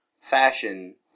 fashion